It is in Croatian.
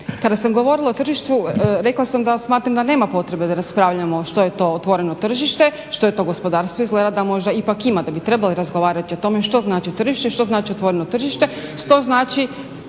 Kada sam govorila o tržištu rekla sam da smatram da nema potrebe da raspravljamo što je to otvoreno tržište, što je to gospodarstvo, izgleda da možda ipak ima, da bi trebali razgovarati o tome što znači tržište, što znači otvoreno tržište, što znači